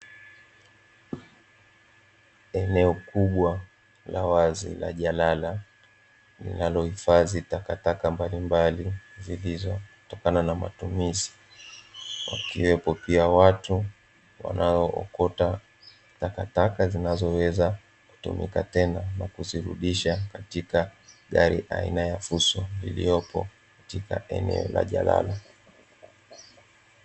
Eneo kubwa la wazi la jalala, linalohifadhi takataka mbalimbali zilizotokana na matumizi, wakiwepo pia watu wanaookota takataka zinazoweza kutumika tena, na kuzirudisha katika gari aina ya fuso iliyopo katika eneo la jalala.